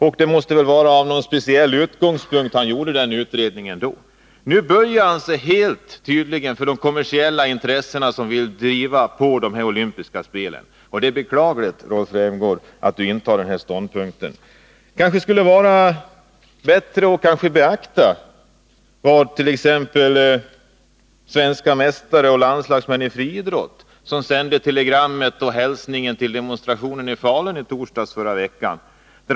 Men han måste väl ha haft någon speciell utgångspunkt för den utredningen. Nu böjer han sig tydligen helt för de kommersiella intressena som vill driva på dessa olympiska spel. Det är beklagligt. Det vore kanske bättre att beakta vad t.ex. svenska mästare och landslagsmän i friidrott säger, som sände ett telegram med hälsning till demonstrationen i Falun i förra veckan.